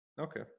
Okay